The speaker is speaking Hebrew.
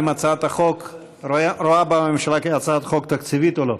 אם הממשלה רואה בהצעת החוק הצעת חוק תקציבית או לא.